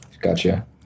gotcha